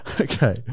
Okay